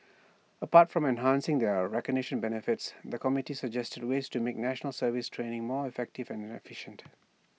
apart from enhancing their recognition benefits the committee suggested ways to make National Service training more effective and efficient